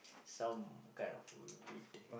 some kind of wheat